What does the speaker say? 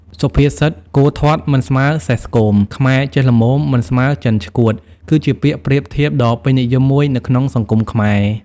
សុភាសិត "គោធាត់មិនស្មើសេះស្គម ខ្មែរចេះល្មមមិនស្មើចិនឆ្កួត" គឺជាពាក្យប្រៀបធៀបដ៏ពេញនិយមមួយនៅក្នុងសង្គមខ្មែរ។